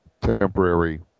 temporary